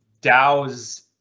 Dow's